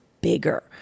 bigger